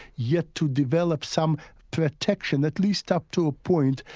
yet to develop some protection, at least up to a point,